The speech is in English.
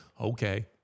okay